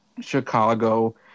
Chicago